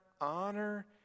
honor